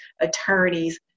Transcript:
attorneys